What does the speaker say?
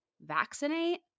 vaccinate